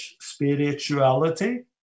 spirituality